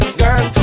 girl